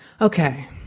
Okay